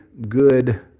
good